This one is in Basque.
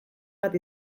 bat